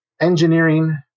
engineering